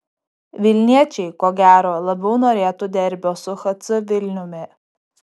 vilniečiai ko gero labiau norėtų derbio su hc vilniumi